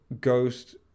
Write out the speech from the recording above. Ghost